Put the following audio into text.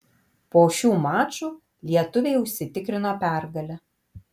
po šių mačų lietuviai užsitikrino pergalę